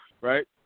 right